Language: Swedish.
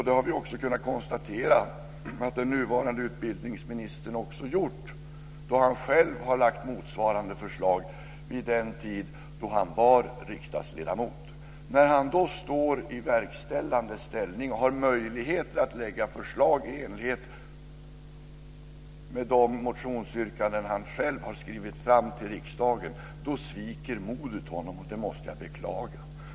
Det har den nuvarande utbildningsministern också gjort, eftersom han själv lade fram motsvarande förslag vid den tid då han var riksdagsledamot. Nu när han befinner sig i verkställande ställning och har möjlighet att lägga fram förslag i enlighet med ett motionsyrkande som han själv har skrivit, då sviker modet honom, och det måste jag beklaga.